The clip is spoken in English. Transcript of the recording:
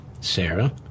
Sarah